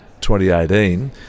2018